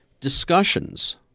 discussions